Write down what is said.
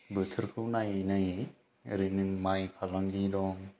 बोथोरखौ नायै नायै ओरैनो माइ फालांगि दं